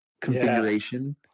configuration